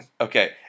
Okay